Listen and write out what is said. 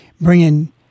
bringing